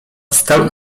wstał